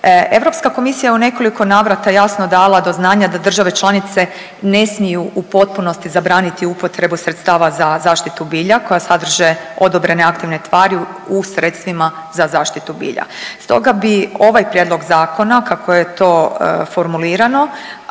Europska komisija je u nekoliko navrata jasno dala do znanja da države članice ne smiju u potpunosti zabraniti upotrebu sredstava za zaštitu bilja koja sadrže odobrene aktivne tvari u sredstvima za zaštitu bilja. Stoga bi ovaj prijedlog zakona kako je to formulirano